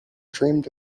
dreamed